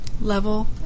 level